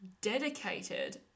dedicated